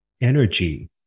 energy